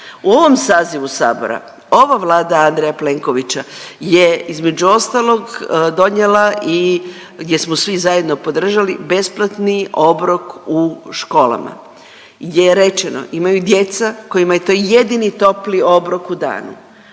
U ovim sazivu Sabora, ova Vlada Andreja Plenkovića je između ostalog donijela gdje smo svi zajedno podržali besplatni obrok u školama gdje je rečeno imaju i djeca kojima je to jedini topli obrok u danu,